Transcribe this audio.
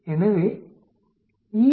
எனவே E O 3